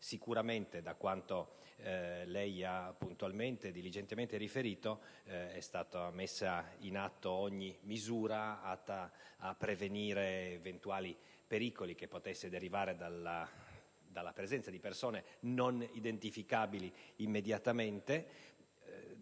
Sicuramente, da quanto lei ha puntualmente e diligentemente riferito, è stata messa in atto ogni misura atta a prevenire eventuali pericoli che potessero derivare dalla presenza di persone non identificabili immediatamente.